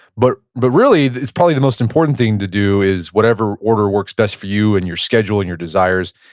but but really it's probably the most important thing to do is whatever order works best for you, and your schedule, and your desires.